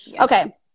Okay